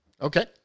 Okay